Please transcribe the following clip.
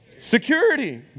security